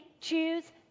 choose